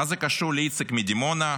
מה זה קשור לאיציק מדימונה,